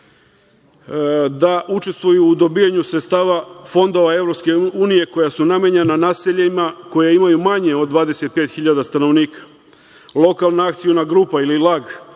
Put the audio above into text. da učestvuju u dobijanju sredstava fondova Evropske unije koja su namenjena naseljima koja imaju manje od 25.000 stanovnika. Lokalna akciona grupa ili lag